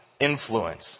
influence